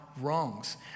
wrongs